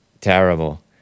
Terrible